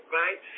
right